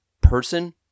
person